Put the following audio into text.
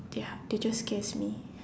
ya they just scares me